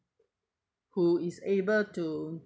who is able to